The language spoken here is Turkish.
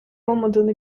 olmadığını